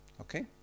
Okay